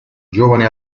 giovane